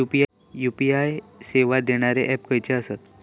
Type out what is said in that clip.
UPI सेवा देणारे app खयचे आसत?